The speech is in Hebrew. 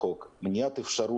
בסעיף 16יז(ה) לחוק, למניעת אפשרות